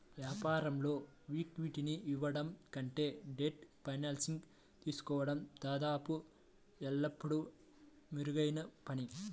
వ్యాపారంలో ఈక్విటీని ఇవ్వడం కంటే డెట్ ఫైనాన్సింగ్ తీసుకోవడం దాదాపు ఎల్లప్పుడూ మెరుగైన పని